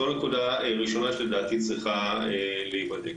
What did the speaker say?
זו נקודה ראשונה שלדעתי צריכה להיבדק.